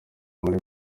muri